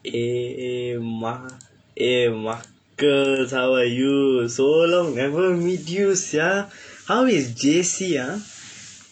eh eh mak~ eh makkalz how are you so long never meet you sia how is J_C ah